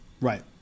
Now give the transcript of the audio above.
Right